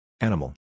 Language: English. Animal